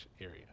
area